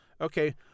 Okay